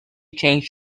changed